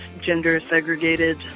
gender-segregated